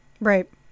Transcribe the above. Right